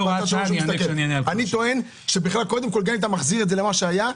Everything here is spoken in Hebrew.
אני טוען שתחזיר את זה למה שהיה,